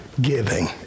giving